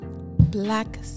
Black